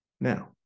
Now